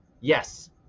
yes